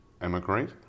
emigrate